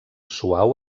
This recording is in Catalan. suau